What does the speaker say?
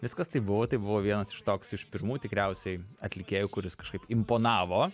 viskas taip buvo tai buvo vienas iš toks iš pirmų tikriausiai atlikėjų kuris kažkaip imponavo